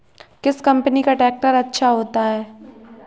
किस कंपनी का ट्रैक्टर अच्छा होता है?